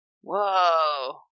whoa